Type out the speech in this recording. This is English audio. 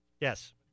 yes